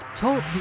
Talk